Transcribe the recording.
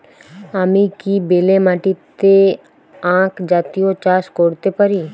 আমি কি বেলে মাটিতে আক জাতীয় চাষ করতে পারি?